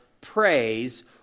praise